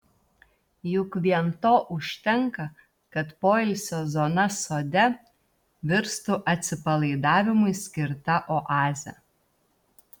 juk vien to užtenka kad poilsio zona sode virstų atsipalaidavimui skirta oaze